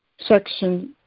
section